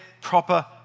proper